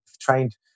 trained